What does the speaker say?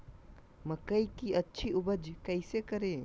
मकई की अच्छी उपज कैसे करे?